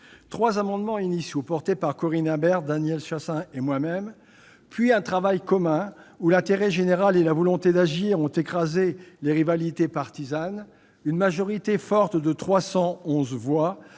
Trois amendements initiaux portés par Corinne Imbert, Daniel Chasseing et moi-même, un travail commun où l'intérêt général et la volonté d'agir ont écrasé les rivalités partisanes, une majorité forte de 311 voix,